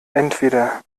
entweder